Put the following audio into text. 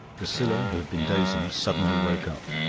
priscilla, who had been dozing, suddenly woke up.